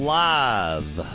live